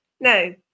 no